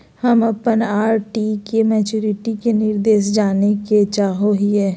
हम अप्पन आर.डी के मैचुरीटी के निर्देश जाने के चाहो हिअइ